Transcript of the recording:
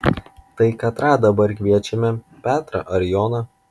tai katrą dabar kviečiame petrą ar joną